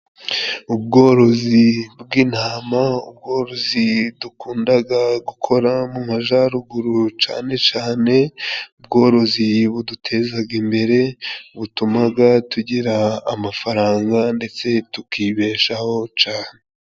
Ubworozi bw'intama, ubwo dukundaga gukora mu majaruguru cane cane, ubworozi budutezaga imbere, butumaga tugira amafaranga ndetse tukibeshaho cane.